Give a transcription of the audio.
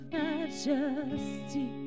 majesty